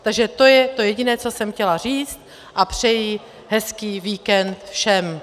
Takže to je to jediné, co jsem chtěla říct, a přeji hezký víkend všem.